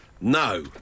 No